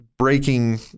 breaking